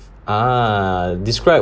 uh describe